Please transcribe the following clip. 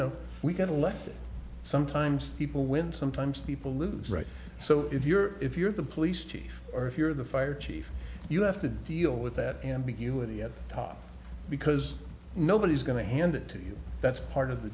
know we got elected sometimes people when sometimes people lose right so if you're if you're the police chief or if you're the fire chief you have to deal with that ambiguity at because nobody's going to hand it to you that's part of the